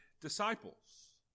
disciples